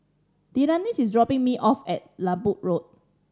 Delaney is dropping me off at Lembu Road